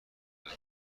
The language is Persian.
کرد